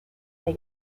they